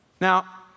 Now